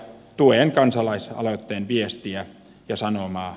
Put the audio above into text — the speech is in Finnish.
tuen kansalaisaloitteen viestiä ja sanomaa